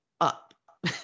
up